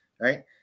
right